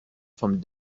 from